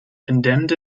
condemned